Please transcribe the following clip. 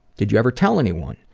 did you ever tell anyone?